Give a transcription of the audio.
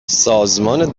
سازمان